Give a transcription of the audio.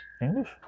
english